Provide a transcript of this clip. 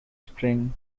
spring